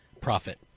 profit